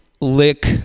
lick